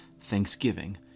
Thanksgiving